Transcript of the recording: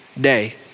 day